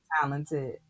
talented